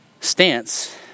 stance